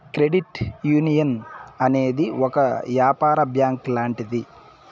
credit union అనేది ఒక యాపార బ్యాంక్ లాంటిది